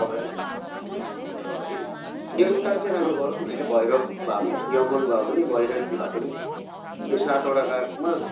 भेरवि छ है एउटा चाहिँ राम्रो गरोस् न होइन भैरवि भापनि यमन भापनि भैरवि भापनि त्यो सातवटा रागमा